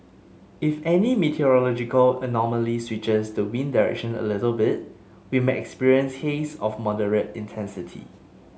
if any meteorological anomaly switches the wind direction a little bit we may experience haze of moderate intensity